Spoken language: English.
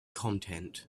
content